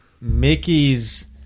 Mickey's